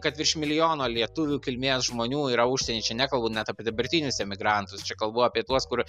kad virš milijono lietuvių kilmės žmonių yra užsie čia nekalbu net apie dabartinius emigrantus čia kalbu apie tuos kur